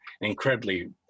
incredibly